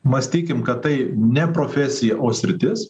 mąstykim kad tai ne profesija o sritis